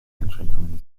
einschränkungen